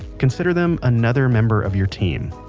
consider them another member of your team.